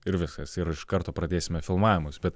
ir viskas ir iš karto pradėsime filmavimus bet